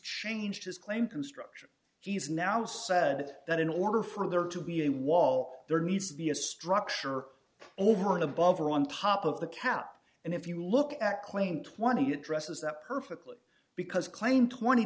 changed his claim construction he's now said that in order for there to be a wall there needs to be a structure over and above or on top of the cap and if you look at claimed twenty addresses that perfectly because claim twenty